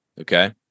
okay